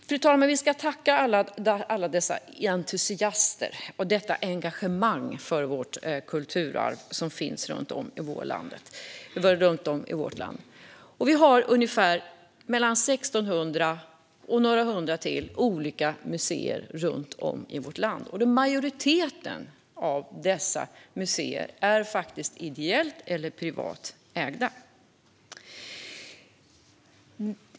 Fru talman! Vi ska tacka alla de entusiaster och det engagemang för vårt kulturarv som finns runt om i vårt land. Vi har ungefär 1 600, plus några hundra, olika museer runt om i vårt land, och majoriteten av dem är faktiskt ideellt eller privat ägda.